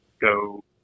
go